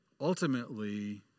ultimately